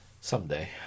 someday